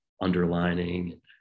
underlining